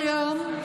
הבנו.